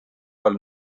all